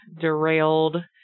derailed